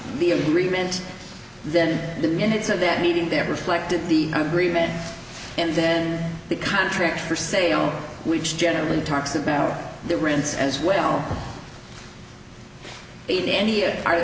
the agreement then the minutes of that meeting there reflected the agreement and then the contract for sale which generally talks about the rents as well in any